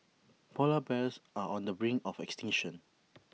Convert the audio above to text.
Polar Bears are on the brink of extinction